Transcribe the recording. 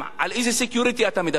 על איזהsecurity אתה מדבר?